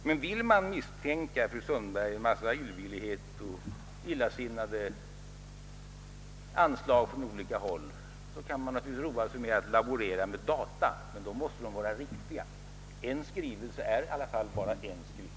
Men vill man, fru Sundberg, misstänka en massa illvilligheter och illasinnade anslag från olika håll, så kan man naturligtvis roa sig med att laborera med data, men då måste de vara riktiga. En skrivelse är i alla fall bara en skrivelse.